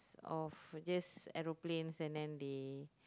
of just aeroplane and then they